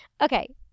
Okay